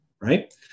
right